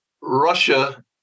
Russia